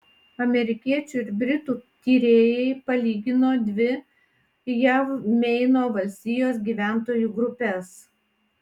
amerikiečių ir britų tyrėjai palygino dvi jav meino valstijos gyventojų grupes